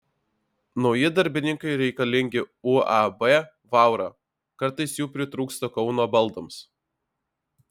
nauji darbininkai reikalingi uab vaura kartais jų pritrūksta kauno baldams